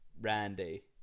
Randy